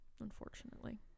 Unfortunately